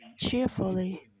cheerfully